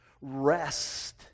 rest